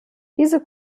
diese